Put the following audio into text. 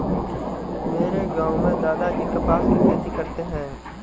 मेरे गांव में दादाजी कपास की खेती करते हैं